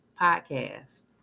podcast